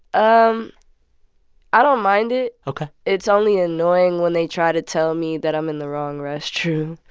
um i don't mind it ok it's only annoying when they try to tell me that i'm in the wrong restroom.